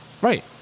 Right